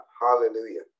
hallelujah